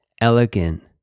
elegant